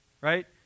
Right